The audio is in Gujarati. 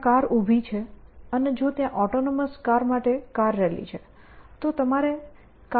ત્યાં આગળ કાર ઉભી છે અને જો ત્યાં ઑટોનોમસ કારો માટે કાર રેલી છે